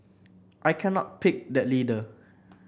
I cannot pick that leader